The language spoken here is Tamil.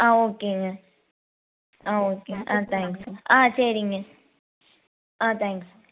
ஆ ஓகேங்க ஆ ஓகே ஆ தேங்க்ஸுங்க ஆ சரிங்க ஆ தேங்க்ஸ்